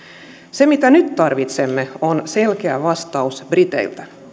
se mitä nyt tarvitsemme on selkeä vastaus briteiltä